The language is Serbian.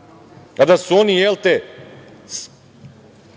članke, a